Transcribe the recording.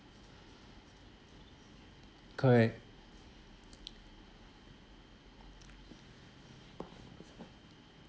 correct